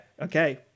Okay